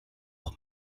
auch